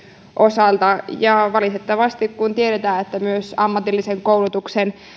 osalta ja kun valitettavasti tiedetään että myös ammatillisen koulutuksen